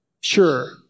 sure